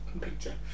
picture